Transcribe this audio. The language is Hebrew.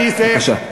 אני אסיים, בבקשה.